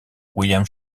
william